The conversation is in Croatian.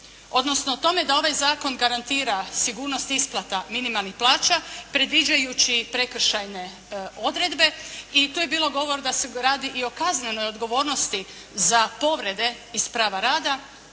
odnosno o tome da ovaj zakon garantira sigurnost isplata minimalnih plaća predviđajući i prekršajne odredbe i tu je bilo govora da se radi i o kaznenoj odgovornosti za povrede iz prava rada.